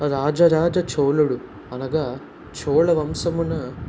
రాజ రాజ చోళుడు అనగా చోళ వంశమున